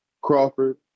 Crawford